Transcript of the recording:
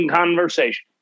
conversation